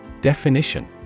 Definition